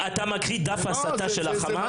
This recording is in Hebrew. אתה מקריא דף הסתה של החמאס?